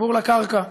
חיבור לקרקע.